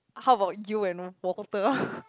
how about you and Walter